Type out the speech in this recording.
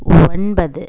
ஒன்பது